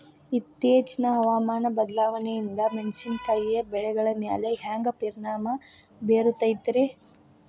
ಇತ್ತೇಚಿನ ಹವಾಮಾನ ಬದಲಾವಣೆಯಿಂದ ಮೆಣಸಿನಕಾಯಿಯ ಬೆಳೆಗಳ ಮ್ಯಾಲೆ ಹ್ಯಾಂಗ ಪರಿಣಾಮ ಬೇರುತ್ತೈತರೇ?